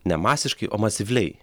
ne masiškai o masyvliai